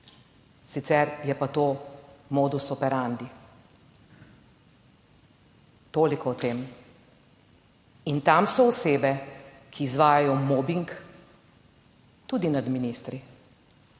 Sicer je pa to modus operandi. Toliko o tem. In tam so osebe, ki izvajajo mobing tudi nad ministri.